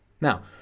now